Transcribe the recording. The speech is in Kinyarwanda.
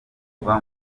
kuva